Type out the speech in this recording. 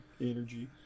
energy